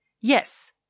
Yes